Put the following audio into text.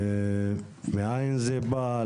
מאין זה בא,